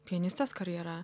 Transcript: pianistės karjera